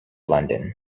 london